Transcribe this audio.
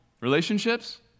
relationships